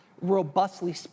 robustly